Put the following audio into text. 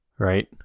right